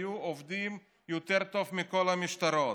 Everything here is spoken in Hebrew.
היו עובדים יותר טוב מכל המשטרות.